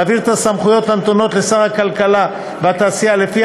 להעביר את הסמכויות הנתונות לשר הכלכלה והתעשייה לפי